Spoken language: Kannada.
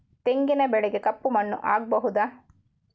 ತೆಂಗಿನ ಬೆಳೆಗೆ ಕಪ್ಪು ಮಣ್ಣು ಆಗ್ಬಹುದಾ?